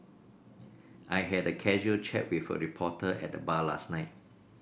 I had a casual chat with a reporter at the bar last night